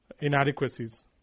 inadequacies